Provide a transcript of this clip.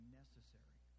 necessary